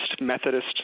Methodist